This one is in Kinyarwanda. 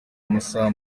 amasaha